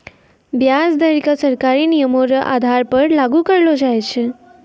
व्याज दर क सरकारी नियमो र आधार पर लागू करलो जाय छै